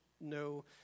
no